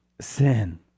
Sin